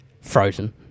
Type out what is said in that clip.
frozen